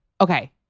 okay